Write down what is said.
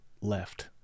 left